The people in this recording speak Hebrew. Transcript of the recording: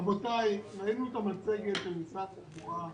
רבותיי, ראינו את המצגת של משרד התחבורה,